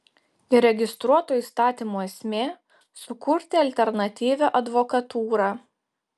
įregistruoto įstatymo esmė sukurti alternatyvią advokatūrą